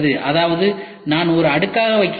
அதாவது நான் ஒரு அடுக்காக வைக்கிறேன்